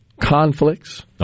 conflicts